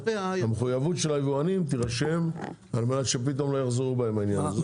שהמחויבות של היבואנים תירשם על מנת שלא יחזרו בהם פתאום מהעניין הזה.